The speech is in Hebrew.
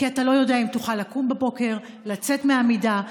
כי אתה לא יודע אם תוכל לקום בבוקר ולצאת מהמיטה.